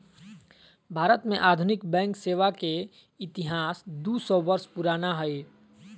भारत में आधुनिक बैंक सेवा के इतिहास दू सौ वर्ष पुराना हइ